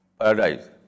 paradise